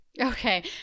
Okay